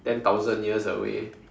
ten thousand years away